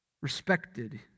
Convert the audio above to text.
respected